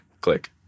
click